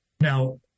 Now